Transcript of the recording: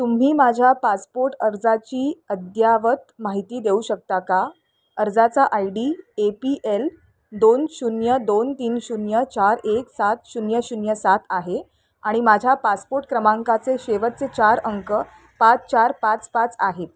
तुम्ही माझ्या पासपोर्ट अर्जाची अद्ययावत माहिती देऊ शकता का अर्जाचा I D A P L दोन शून्य दोन तीन शून्य चार एक सात शून्य शून्य सात आहे आणि माझ्या पासपोर्ट क्रमांकाचे शेवटचे चार अंक पाच चार पाच पाच आहेत